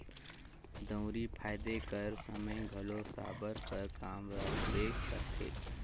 दउंरी फादे कर समे घलो साबर कर काम रहबे करथे